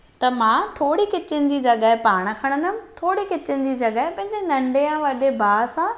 त मां थोरी किचन जी जॻह पाण खणंदमि थोरी किचन जी जॻह पंहिंजे नंढे या वॾे भाउ सां